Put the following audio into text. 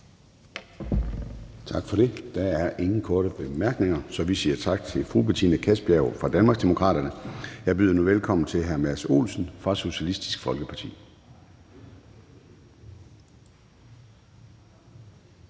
Tak for det. Og der er ikke flere korte bemærkninger, så vi siger tak til hr. Kim Edberg Andersen fra Danmarksdemokraterne. Jeg byder nu velkommen til hr. Karsten Hønge fra Socialistisk Folkeparti.